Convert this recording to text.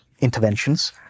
interventions